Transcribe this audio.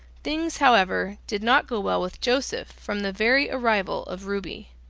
things however did not go well with joseph from the very arrival of ruby.